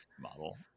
model